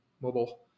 mobile